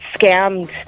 scammed